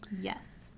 Yes